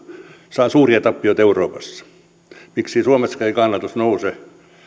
saa suuria tappioita euroopassa miksi suomessakaan ei kannatus nouse